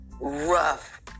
rough